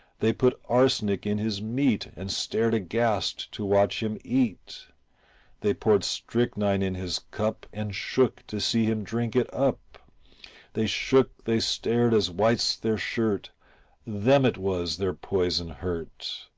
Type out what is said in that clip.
they put arsenic in his meat and stared aghast to watch him eat they poured strychnine in his cup and shook to see him drink it up they shook, they stared as white's their shirt them it was their poison hurt.